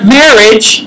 marriage